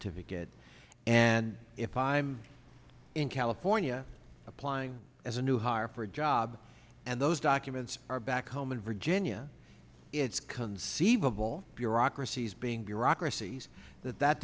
certificate and if i'm in california applying as a new hire for a job and those documents are back home in virginia it's conceivable bureaucracies being bureaucracies that